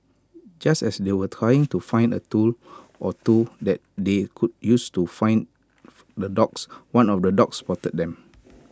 just as they were trying to find A tool or two that they could use to fend the dogs one of the dogs spotted them